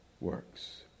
works